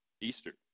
Easter